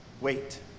Wait